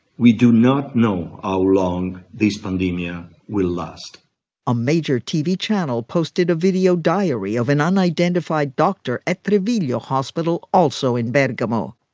we do not know how long this pandemia will last a major tv channel posted a video diary of an unidentified doctor at but treviglio hospital, also in bergamo.